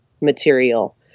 material